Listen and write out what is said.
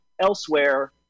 elsewhere